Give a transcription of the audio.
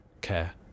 care